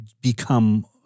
become